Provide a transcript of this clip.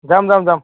যাম যাম যাম